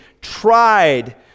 tried